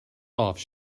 off